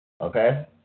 Okay